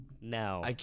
No